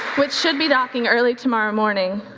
which should be docking early tomorrow morning.